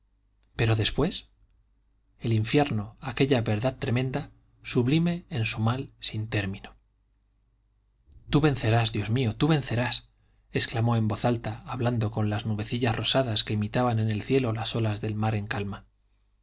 pero después el infierno aquella verdad tremenda sublime en su mal sin término tú vencerás dios mío tú vencerás exclamó en voz alta hablando con las nubecillas rosadas que imitaban en el cielo las olas del mar en calma